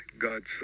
God's